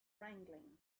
wrangling